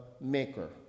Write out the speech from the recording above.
maker